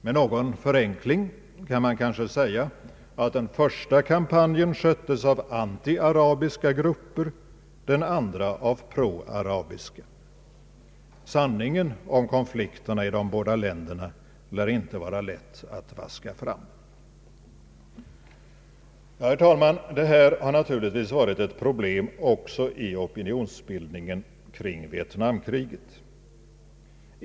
Med någon förenkling kan man kanske påstå att den första kampanjen sköttes av antiarabiska grupper, den andra av proarabiska. Sanningen om konflikterna i de båda länderna lär inte vara lätt att vaska fram. Detta har naturligtvis varit ett problem också i opinionsbildningen kring Vietnamkriget.